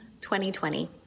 2020